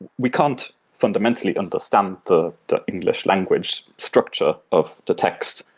we can't fundamentally understand the the english language structure of the text.